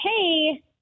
hey